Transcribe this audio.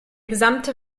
gesamte